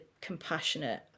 compassionate